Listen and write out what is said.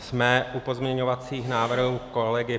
Jsme u pozměňovacích návrhů kolegy